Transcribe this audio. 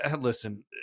listen